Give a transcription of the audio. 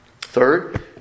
Third